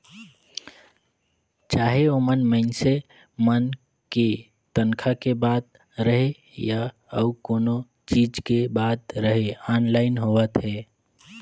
चाहे ओमन मइनसे मन के तनखा के बात रहें या अउ कोनो चीच के बात रहे आनलाईन होवत हे